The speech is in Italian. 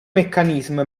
meccanismo